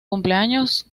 cumpleaños